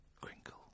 crinkle